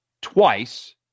twice